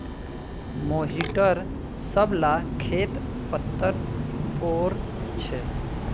मोहिटर सब ला खेत पत्तर पोर छे